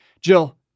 Jill